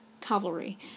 cavalry